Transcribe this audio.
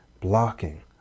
blocking